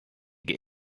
get